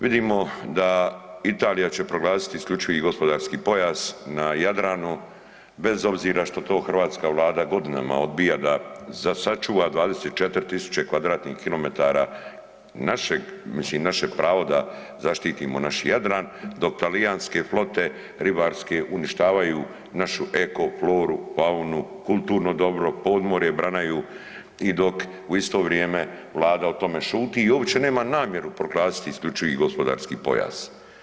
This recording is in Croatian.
Vidimo da Italija će proglasiti isključivi gospodarski pojas na Jadranu bez obzira što to hrvatska Vlada godinama odbija da sačuva 24.000 km2 našeg, mislim naše pravo da zaštitimo naš Jadran, dok talijanske flote ribarske uništavaju našu ekofloru, faunu, kulturno dobro, podmorje branaju i dok u isto vrijeme Vlada o tome šuti i uopće nema namjeru proglasiti isključivi gospodarski pojas.